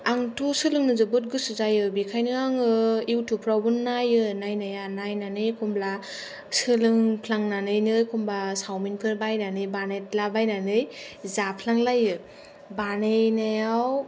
आंथ' सोलोंनो जोबोद गोसो जायो बेखायनो आङो इउटुबफ्रावबो नायो नायनाया नायनानै एखनब्ला सोलोंफ्लांनानैनो एखनब्ला चावमिनफोर बानायनानै बानायद्लाबायनानै जाफ्लांलायो बानायनायाव